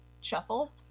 shuffle